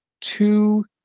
two